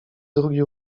drugi